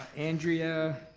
andrea,